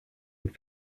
und